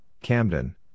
Camden